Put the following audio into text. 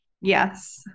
Yes